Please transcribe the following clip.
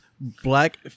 black